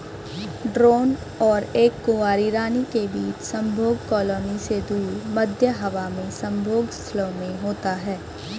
drone और एक कुंवारी रानी के बीच संभोग कॉलोनी से दूर, मध्य हवा में संभोग स्थलों में होता है